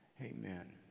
Amen